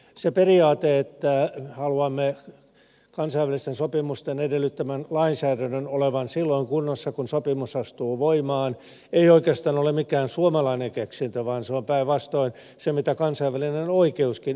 se periaate että haluamme kansainvälisten sopimusten edellyttämän lainsäädännön olevan silloin kunnossa kun sopimus astuu voimaan ei oikeastaan ole mikään suomalainen keksintö vaan se on päinvastoin se mitä kansainvälinen oikeuskin edellyttää